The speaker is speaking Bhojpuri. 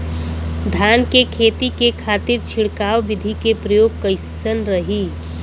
धान के खेती के खातीर छिड़काव विधी के प्रयोग कइसन रही?